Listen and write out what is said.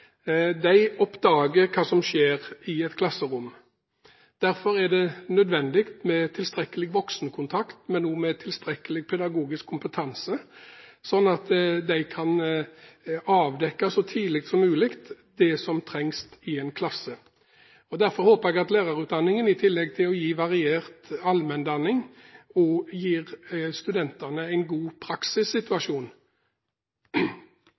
det nødvendig med tilstrekkelig voksenkontakt, men også med tilstrekkelig pedagogisk kompetanse, slik at lærerne kan avdekke så tidlig som mulig det som trengs i en klasse. Derfor håper jeg at lærerutdanningen i tillegg til å gi variert allmenndanning også gir studentene en god